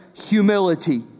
humility